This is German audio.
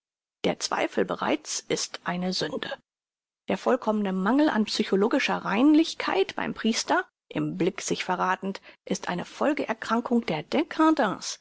der zweifel bereits ist eine sünde der vollkommne mangel an psychologischer reinlichkeit beim priester im blick sich verrathend ist eine folgeerscheinung der